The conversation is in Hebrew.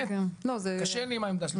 באמת, קשה לי עם העמדה של האוצר.